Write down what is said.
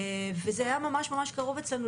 וזה היה ממש ממש קרוב אצלנו.